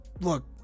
look